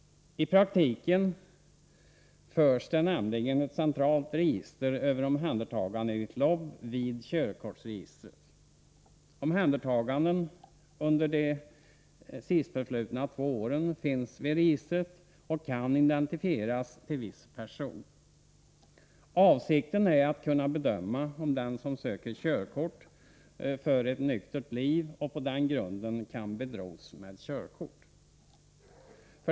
I praktiken förs det nämligen vid körkortsregistret ett centralt register över omhändertaganden enligt LOB. Omhändertaganden under de sistförflutna två åren finns noterade i registret och kan identifieras till viss person. Avsikten är att kunna bedöma om den som söker körkort för ett nyktert liv och på den grunden kan betros med körkort.